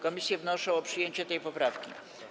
Komisje wnoszą o przyjęcie tej poprawki.